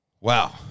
wow